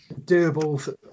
doable